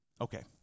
Okay